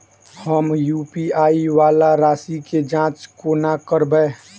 हम यु.पी.आई वला राशि केँ जाँच कोना करबै?